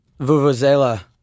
Vuvuzela